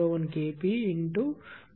01Kp1 e tTp